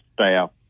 staff